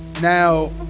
now